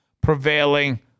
prevailing